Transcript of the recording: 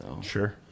Sure